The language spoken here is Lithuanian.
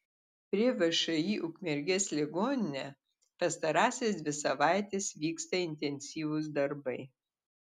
prie všį ukmergės ligoninė pastarąsias dvi savaites vyksta intensyvūs darbai